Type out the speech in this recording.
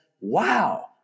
wow